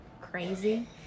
crazy